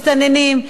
מסתננים,